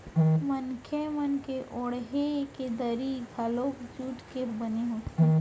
मनखे मन के ओड़हे के दरी घलोक जूट के बने होथे